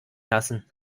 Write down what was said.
lassen